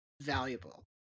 valuable